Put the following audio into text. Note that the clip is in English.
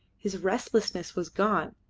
his restlessness was gone,